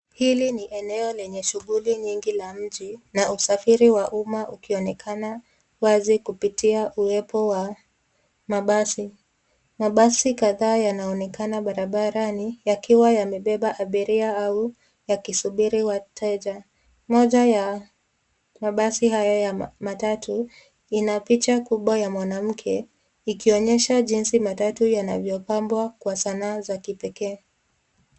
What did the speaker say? Hili ni eneo lenye shuguli nyingi la mji na usafiri wa uma ukionekana wazi kupitia uwepo wa mabasi. Mabasi kadhaa yanaonekana barabarani yakiwa yamebeba abiria au yakisubiri wateja. Moja ya mabasi haya ya matatu ina picha kubwa ya mwanamke ikionyesha jinsi matatu yanavyopambwa kwa sanaa za kipekee.